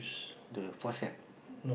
the forceps